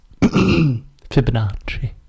Fibonacci